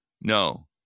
No